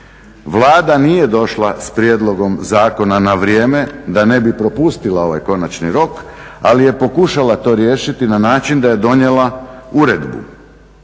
Vlada nije došla s prijedlogom zakona na vrijeme da ne bi propustila ovaj konačni rok, ali je pokušala to riješiti na način da je donijela uredbu.